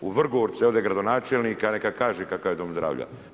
U Vrgorcu, evo ovdje gradonačelnika, neka kaže kakav je Dom zdravlja.